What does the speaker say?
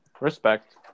Respect